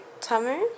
Tamu